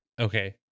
Okay